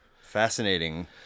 fascinating